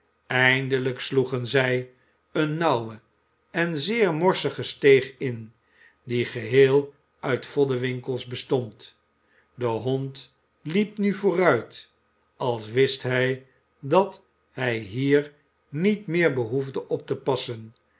eindelijk sloegen zij eene nauwe en zeer morsige steeg in die geheel uit voddenwinkels bestond de hond liep nu vooruit als wist hij dat hij hier niet meer behoefde op te passen